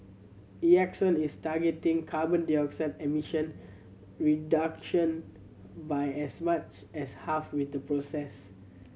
Exxon is targeting carbon dioxide emission reduction by as much as half with the process